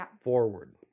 forward